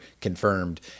confirmed